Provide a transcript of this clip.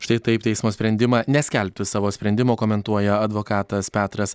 štai taip teismo sprendimą neskelbti savo sprendimo komentuoja advokatas petras